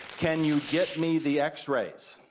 can you get me the x-rays?